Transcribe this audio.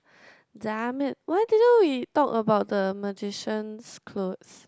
damn it why didn't we talk about the magician's clothes